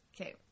Okay